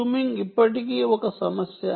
jamming ఇప్పటికీ ఒక సమస్య